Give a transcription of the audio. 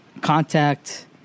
contact